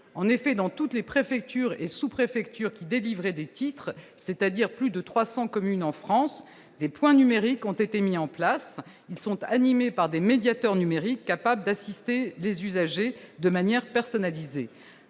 en effet, dans toutes les préfectures et sous-préfectures qui délivrait des titres, c'est-à-dire plus de 300 communes en France des points numériques ont été mis en place, ils sont animés par des médiateurs numérique capable d'assister les usagers de manière personnalisée,